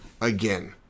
again